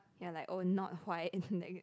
ya like oh not white